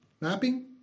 mapping